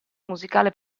musicale